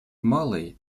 малой